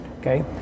okay